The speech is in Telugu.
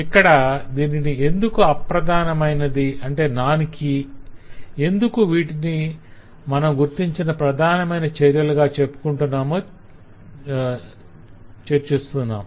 ఇక్కడ దీనిని ఎందుకు అప్రధానమైనదిగా ఎందుకు వీటిని మనం గుర్తించిన ప్రధానమైన చర్యలుగా చెప్పుకుంటున్నామో చర్చిస్తున్నాం